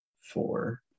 four